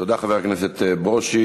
תודה, חבר הכנסת ברושי.